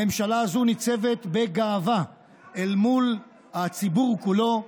הממשלה הזו ניצבת בגאווה מול הציבור כולו,